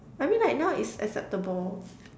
I mean like now it's acceptable